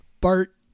Bart